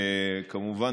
וכמובן,